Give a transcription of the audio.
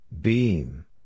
Beam